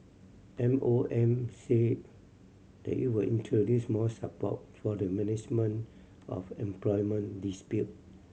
M OM said that it will introduce more support for the of employment dispute